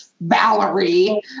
Valerie